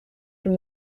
from